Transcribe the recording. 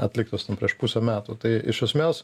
atliktas prieš pusę metų tai iš esmės